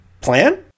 plan